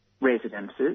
residences